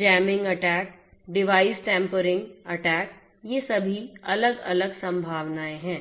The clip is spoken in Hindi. jamming attack device tampering attack ये सभी अलग अलग संभावनाएं हैं